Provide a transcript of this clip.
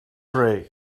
pray